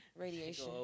radiation